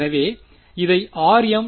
எனவே இதை rm